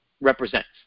represents